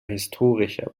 historischer